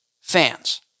fans